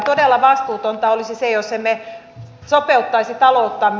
todella vastuutonta olisi se jos emme sopeuttaisi talouttamme